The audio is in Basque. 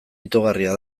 itogarria